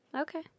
Okay